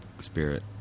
spirit